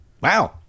Wow